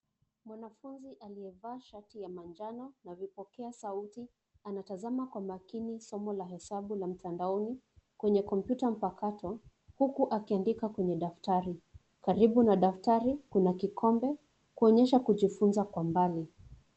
Mwanafunzi aliyevaa shati ya manjano na vipokea sauti anatazama kwa makini somo la hesabu la mtandaoni, kwenye kompyuta mpakato, huku akiandika kwenye daftari. Karibu na daftari kuna kikombe kuonyesha kujifunza kwa mbali.